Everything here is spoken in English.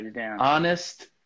Honest